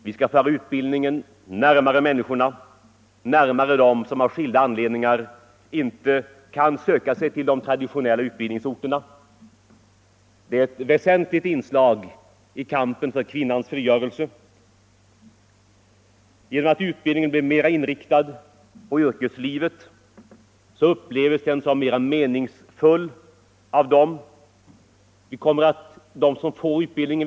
Vi skall föra utbildningen närmare människorna, närmare dem som av skilda anledningar inte kan söka sig till de traditionella utbildningsorterna. Det är bl.a. ett väsentligt inslag i kampen för kvinnans frigörelse. Genom att utbildningen blir mer inriktad på yrkeslivet upplevs den som mera meningsfull av dem som får utbildningen.